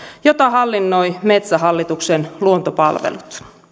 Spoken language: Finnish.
jota hallinnoi metsähallituksen luontopalvelut